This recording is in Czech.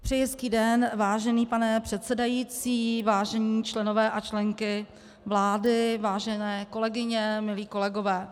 Přeji hezký den, vážený pane předsedající, vážení členové a členky vlády, vážené kolegyně, milí kolegové.